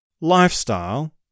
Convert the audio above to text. lifestyle